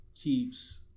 keeps